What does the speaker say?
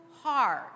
hard